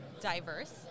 diverse